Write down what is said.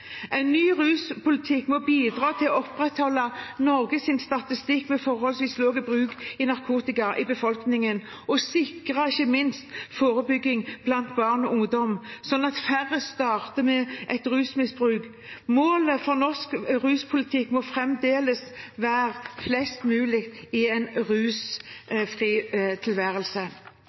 En ny ruspolitikk må bidra til å opprettholde Norges statistikk med hensyn til en forholdsvis lav bruk av narkotika i befolkningen og sikre ikke minst forebygging blant barn og ungdom, slik at færre starter med rusmisbruk. Målet for norsk ruspolitikk må fremdeles være flest mulig i en